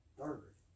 third